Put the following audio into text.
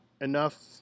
enough